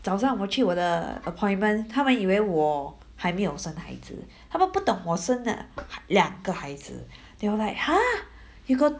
早上我去我的 appointment 他们以为我还没有生孩子他们不懂我生了两个孩子 they were like !huh! you got